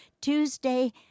Tuesday